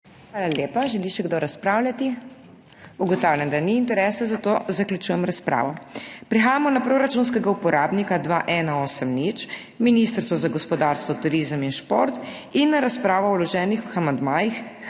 Hvala lepa. Želi še kdo razpravljati? Ugotavljam, da ni interesa, zato zaključujem razpravo. Prehajamo na proračunskega uporabnika 2180 Ministrstvo za gospodarstvo, turizem in šport in na razpravo o vloženih amandmajih